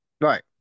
Right